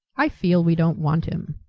i feel we don't want him.